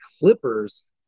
Clippers